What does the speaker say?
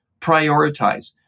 Prioritize